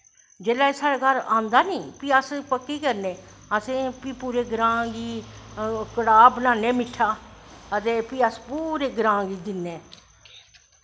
जिसलै साढ़ै घर आंदा नी फ्ही अस पक्की गल्ल असैं पूरे ग्रांऽ गी कड़ाह् बनानें मिट्ठा ते फ्ही अस पूरे ग्रांऽ गी दिन्नें